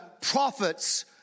prophets